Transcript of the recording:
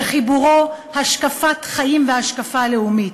בחיבורו "השקפת חיים והשקפה לאומית",